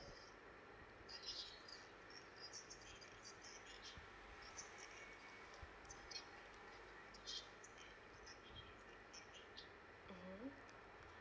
mmhmm